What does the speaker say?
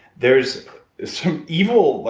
there's some evil,